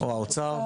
או האוצר.